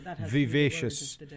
Vivacious